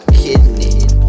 kidney